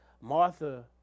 martha